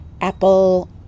Apple